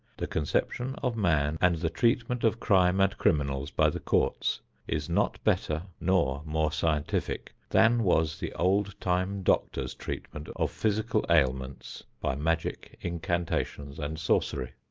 the conception of man and the treatment of crime and criminals by the courts is not better nor more scientific than was the old-time doctors' treatment of physical ailments by magic, incantations and sorcery.